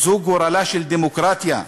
זה גורלה של דמוקרטיה,